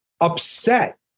upset